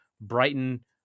Brighton